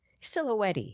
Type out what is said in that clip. silhouette